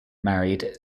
married